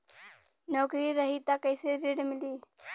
नौकरी रही त कैसे ऋण मिली?